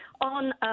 on